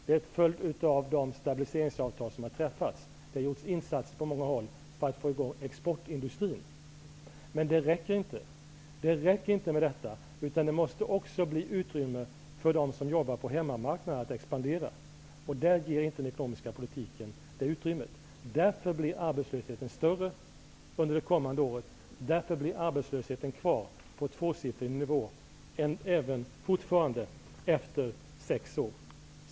De är en följd av de stabiliseringsavtal som har träffats. Det har gjorts insatser på många håll för att få i gång exportindustrin. Men det räcker inte med detta. Det måste också bli utrymme för dem som jobbar på hemmamarknaden att expandera. Den ekonomiska politiken ger inte det utrymmet. Därför blir arbetslösheten större under det kommande året, och därför kommer arbetslöshetsiffrorna att vara kvar på tvåsiffriga tal efter sex år.